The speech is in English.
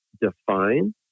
define